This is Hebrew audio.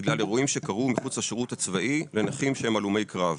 בגלל אירועים שקרו מחוץ לשירות הצבאי לנכים שהם הלומי קרב.